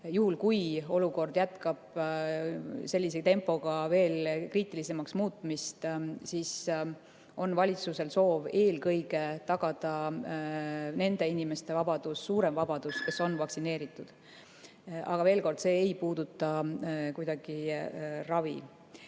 juhul kui olukord jätkab sellise tempoga veel kriitilisemaks muutumist, on valitsusel soov eelkõige tagada nende inimeste suurem vabadus, kes on vaktsineeritud. Aga veel kord, see ei puuduta kuidagi ravi.